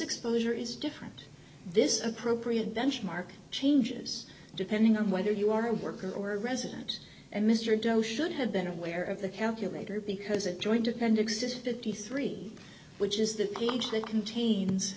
exposure is different this is appropriate benchmark changes depending on whether you are a worker or a resident and mr doe should have been aware of the calculator because it joined dependences fifty three which is the age that contains